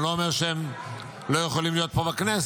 אני לא אומר שהם לא יכולים להיות פה בכנסת,